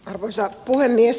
arvoisa puhemies